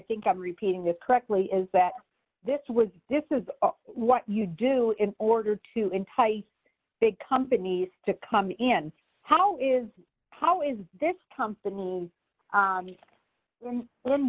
think i'm repeating this correctly is that this was this is what you do in order to entice big companies to come in how is how is this company